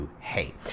hey